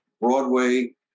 Broadway